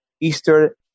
Easter